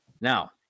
Now